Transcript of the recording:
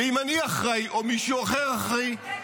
ואם אני אחראי או מישהו אחר אחראי,